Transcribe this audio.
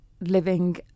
living